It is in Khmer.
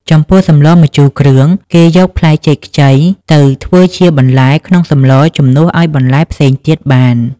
ចំពោះសម្លរម្ជូរគ្រឿង គេយកផ្លែចេកខ្ចីទៅធ្វើជាបន្លែក្នុងសម្លរជំនួសឱ្យបន្លែផ្សេងទៀតបាន។